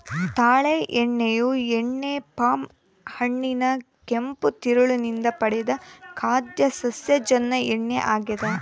ತಾಳೆ ಎಣ್ಣೆಯು ಎಣ್ಣೆ ಪಾಮ್ ಹಣ್ಣಿನ ಕೆಂಪು ತಿರುಳು ನಿಂದ ಪಡೆದ ಖಾದ್ಯ ಸಸ್ಯಜನ್ಯ ಎಣ್ಣೆ ಆಗ್ಯದ